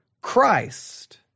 Christ